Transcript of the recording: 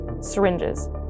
syringes